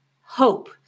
hope